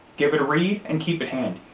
give it a read, and keep it handy.